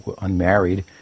Unmarried